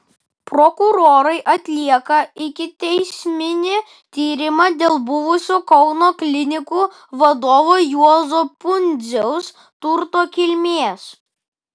prokurorai atlieka ikiteisminį tyrimą dėl buvusio kauno klinikų vadovo juozo pundziaus turto kilmės